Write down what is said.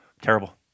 Terrible